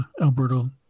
Alberto